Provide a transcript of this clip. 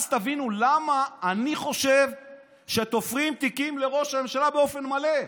ואז תבינו למה אני חושב שתופרים תיקים לראש הממשלה באופן מלא.